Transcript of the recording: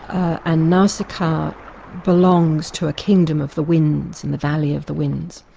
and nausicaa belongs to a kingdom of the winds in the valley of the winds,